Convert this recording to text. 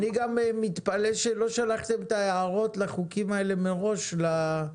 אני גם מתפלא שלא שלחתם את ההערות לחוקים האלה מראש לרת"א.